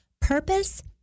purpose